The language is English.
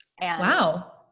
Wow